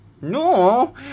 No